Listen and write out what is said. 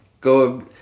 Go